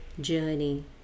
journey